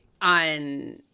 on